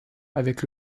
avec